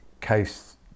case